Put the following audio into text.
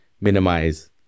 minimize